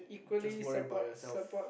just worry about yourself